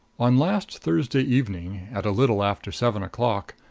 on last thursday evening, at a little after seven o'clock,